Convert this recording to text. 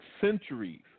centuries